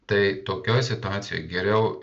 tai tokioj situacijoj geriau